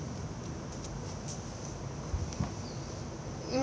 mm